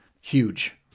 huge